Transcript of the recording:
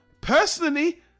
personally